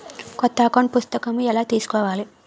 కొత్త అకౌంట్ పుస్తకము ఎలా తీసుకోవాలి?